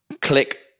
click